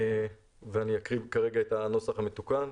ואני אקריא כרגע את הנוסח המתוקן: